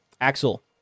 Axel